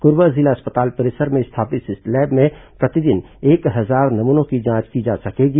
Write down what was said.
कोरबा जिला अस्पताल परिसर में स्थापित इस लैब में प्रतिदिन एक हजार नमूनों की जांच की जा सकेगी